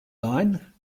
line